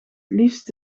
liefst